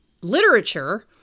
literature